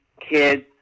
kids